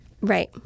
Right